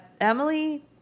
Emily